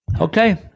Okay